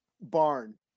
barn